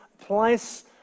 place